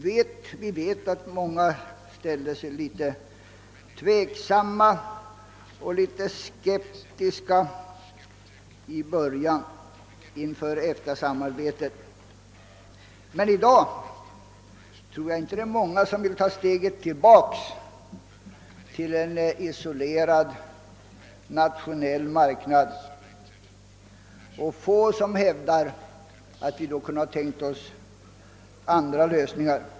Vi vet att många ställde sig litet tveksamma och skeptiska inför EFTA-samarbetet i början, men i dag är det nog få som vill ta steget tillbaka till en isolerad nationell marknad och inte heller många som hävdar att vi kunde ha tänkt oss andra lösningar.